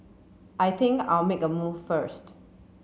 I think I'll make a move first